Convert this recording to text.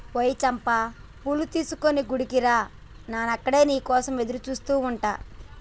ఓయ్ చంపా పూలు తీసుకొని గుడికి రా నాను అక్కడ నీ కోసం ఎదురుచూస్తు ఉంటా